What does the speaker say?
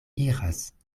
iras